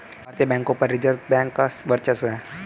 भारतीय बैंकों पर रिजर्व बैंक का वर्चस्व है